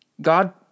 God